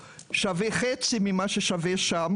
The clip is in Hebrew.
בוועדת החוקה לבין מה שקורה כאן.